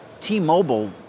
T-Mobile